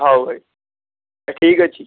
ହଉ ଭାଇ ଠିକ୍ ଅଛି